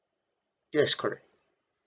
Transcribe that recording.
yes correct